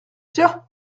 tiens